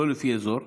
לא לפי אזור,